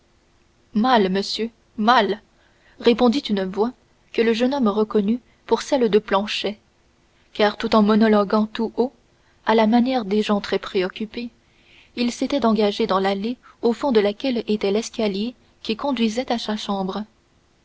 mal monsieur mal répondit une voix que le jeune homme reconnut pour celle de planchet car tout en monologuant tout haut à la manière des gens très préoccupés il s'était engagé dans l'allée au fond de laquelle était l'escalier qui conduisait à sa chambre